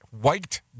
white